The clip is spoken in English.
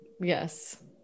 yes